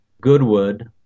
Goodwood